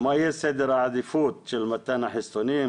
מה יהיה סדר העדיפות של מתן החיסונים?